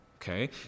Okay